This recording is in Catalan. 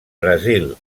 brasil